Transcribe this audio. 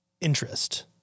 interest